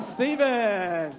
Stephen